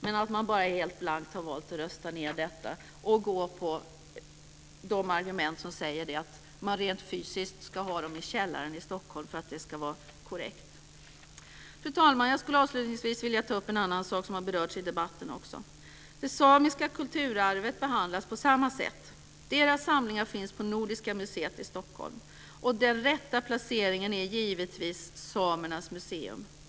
Detta har man helt sonika valt att rösta ned, och i stället har man gått på de argument som säger att materialet rent fysiskt ska finnas i källare i Stockholm för att det ska vara korrekt. Fru talman! Jag skulle avslutningsvis vilja ta upp en annan sak som också har berörts i debatten. Samernas kulturarv behandlas på samma sätt. Deras samlingar finns på Nordiska museet i Stockholm, och den rätta placeringen är givetvis samernas museum.